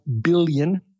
billion